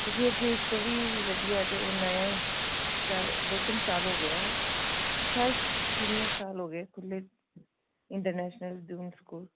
ਅਤੇ ਫਿਰ ਜੇ ਇਸ ਤੋਂ ਵੀ ਵਧੀਆ ਤਾਂ ਉਹ ਨਇਆ ਹੈ ਜਾਂ ਦੋ ਤਿੰਨ ਸਾਲ ਹੋ ਗਏ ਹੈ ਸ਼ਾਇਦ ਤਿੰਨ ਸਾਲ ਹੋ ਗਏ ਖੁੱਲ੍ਹੇ ਇੰਟਰਨੈਸ਼ਨਲ ਸਕੂਲ